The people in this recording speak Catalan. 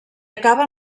acaba